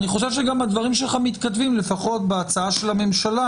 אני חושב שהדברים שלך מתכתבים לפחות בהצעה של הממשלה,